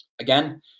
again